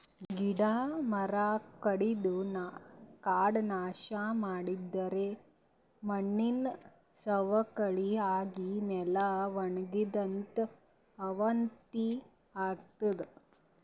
ಗಿಡ ಮರ ಕಡದು ಕಾಡ್ ನಾಶ್ ಮಾಡಿದರೆ ಮಣ್ಣಿನ್ ಸವಕಳಿ ಆಗಿ ನೆಲ ವಣಗತದ್ ಅವನತಿ ಆತದ್